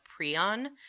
prion